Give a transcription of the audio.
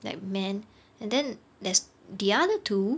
that man and then there's the other two